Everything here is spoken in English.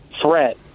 threat